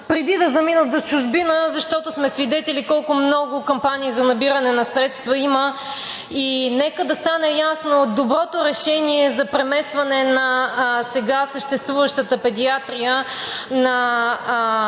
преди да заминат за чужбина. Защото сме свидетели колко много кампании за набиране на средства има. И нека да стане ясно – доброто решение за преместване на сега съществуващата Педиатрия в